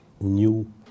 new